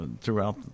throughout